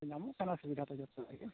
ᱧᱟᱢᱚᱜ ᱠᱟᱱᱟ ᱥᱩᱵᱤᱫᱟ ᱫᱚ ᱡᱚᱛᱚ ᱜᱮ